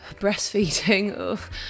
breastfeeding